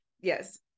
yes